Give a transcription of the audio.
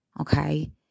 okay